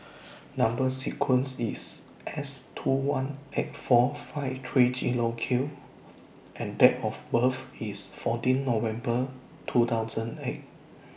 Number sequence IS S two one eight four five three Zero Q and Date of birth IS fourteen November two thousand eight